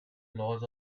laws